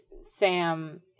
Sam